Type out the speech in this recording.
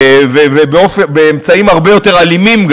וגם באמצעים הרבה יותר אלימים.